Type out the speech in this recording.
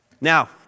Now